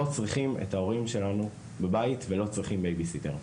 צריכים את ההורים שלנו בבית ולא צריכים בייביסיטר.